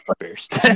first